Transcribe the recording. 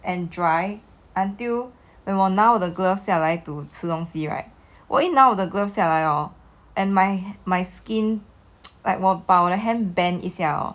and dry until when 我拿我的 glove 下来 to 吃东西 right 我一拿我的 glove 下来 hor and my my skin like 我把我的 hand bend 一下 hor